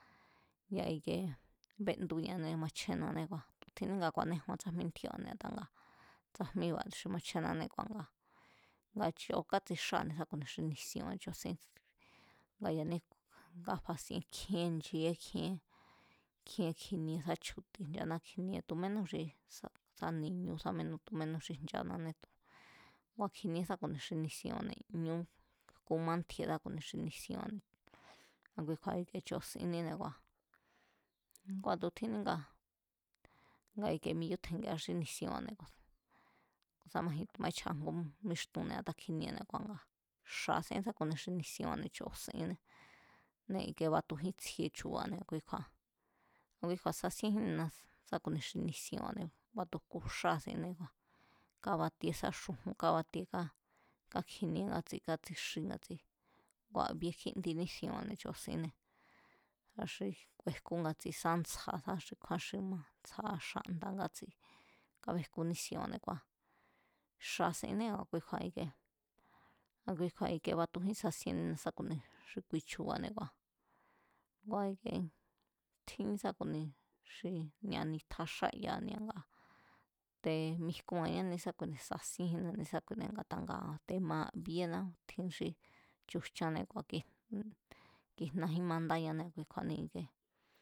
Ya̱ ikie bendu̱ñane machjénná ngua̱ tu̱ tjinní nga ku̱a̱néjuan tsajmí ntjíéba̱ne̱ a̱ta nga tsajmíba̱ xi machjénnanée̱ nga cho kátsixáa̱ xi nisienba̱ chosín. Nga ya̱ní nga fasien kjíén nche̱é kjíen, kjinie sa chju̱ti̱ nchaná kjinie tu̱ mínú xi sa, sá ni̱ñu̱ sáminú, tu̱ minú xi nchananée̱ ngua̱ kjinie sa ku̱ni xi nisienba̱ne̱ ñú jku mantji̱e̱ xi nisienba̱ne̱, a̱kui kju̱a̱ ikie cho sinníne̱ kua̱, kua̱ tu̱ tjinní nga, nga ikie miyutjengia xí nisienba̱ne̱, ku̱ sa majín timaíchjáa ngú míxtunne̱ átakjinie kua̱ nga xa̱ sín sá ku̱ni xi nisienba̱ne̱ cho sínné, ní ikie batujín tsjie chu̱ba̱ne̱ a̱ kui kju̱a̱, a̱kuikju̱a̱ sasíenjínina sá ku̱ ni xi nisienba̱, batu jku xáa̱ sine kua̱ kabatie sá xu̱ju̱n kábatie, kákjinie ngátsi kátsíxíi̱ ngátsi ngua̱ bie kjíndi nísienba̱ne̱ cho sinné, nga xi ku̱e̱jkú ngatsi sá ntsja̱ sá xi kjúán xi ma, ntsja̱a̱ xanda̱ ngátsi kabejku nísienba̱ne̱ kua̱ xa sinnée̱ a̱kui kju̱a̱ ikie, a̱kui kju̱a̱ ikie matujín sasien sá ku̱ni xi kui chu̱ba̱ne̱ kua̱, ngua̱ ikie tjín sá ku̱ ni xi mía̱ nitja xáya̱ne̱ ni̱a nga te̱ mijkua̱ñá ni̱ísákuine̱, sasíénjínna ni̱ísákuine̱ a̱ta nga maa̱ bíéná xi chu̱ jchanné kua̱ kij, kijnajín mandáñanée̱ a̱kui kju̱a̱ni, a̱kui kju̱a̱ni i̱kee